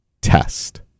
test